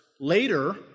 later